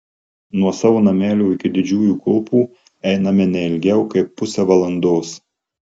nuo savo namelio iki didžiųjų kopų einame ne ilgiau kaip pusę valandos